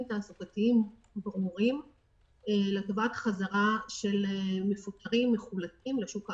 תעסוקתיים ברורים לטובת חזרה של מפוטרים מחול"תים לשוק העבודה.